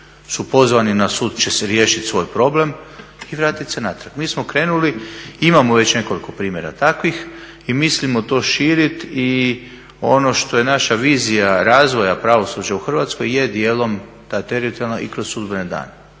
su pozvani na sud će riješit svoj problem i vratit se natrag. Mi smo krenuli, imamo već nekoliko primjera takvih i mislimo to širiti i ono što je naša vizija razvoja pravosuđa u Hrvatskoj je dijelom ta teritorijalna i kroz sudbene dane.